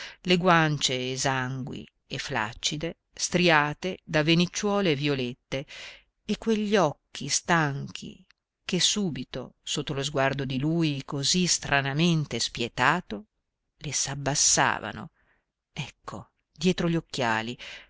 le guance esangui e flaccide striate da venicciuole violette e quegli occhi stanchi che subito sotto lo sguardo di lui così stranamente spietato le s'abbassavano ecco dietro gli occhiali